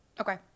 Okay